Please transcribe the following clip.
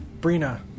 Brina